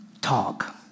talk